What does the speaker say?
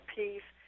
peace